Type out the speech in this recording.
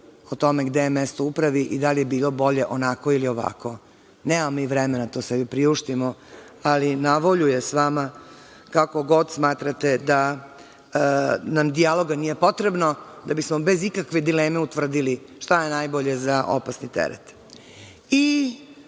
o tome gde je mesto upravi i da li je bilo bolje onako ili ovako. Nemamo mi vremena to sebi priuštiti, ali na volju je sa vama kako god smatrate da nam dijaloga nije potrebno, da bismo bez ikakve dileme utvrdili šta je najbolje za opasni teret. Onda